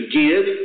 give